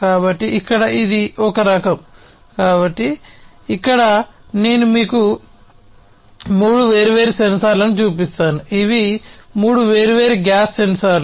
కాబట్టి ఇక్కడ ఇది ఒక రకం కాబట్టి ఇక్కడ నేను మీకు మూడు వేర్వేరు సెన్సార్లను చూపిస్తాను ఇవి మూడు వేర్వేరు గ్యాస్ సెన్సార్లు